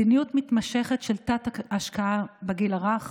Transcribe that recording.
מדיניות מתמשכת של תת-השקעה בגיל הרך